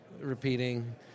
repeating